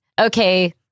okay